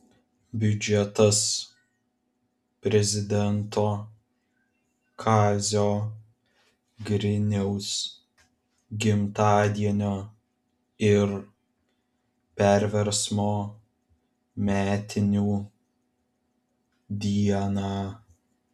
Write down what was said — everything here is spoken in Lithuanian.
biudžetas prezidento kazio griniaus gimtadienio ir perversmo metinių dieną